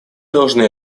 должны